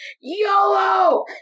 YOLO